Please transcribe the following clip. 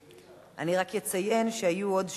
אני רק אציין שהיו עוד שואלים,